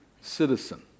citizen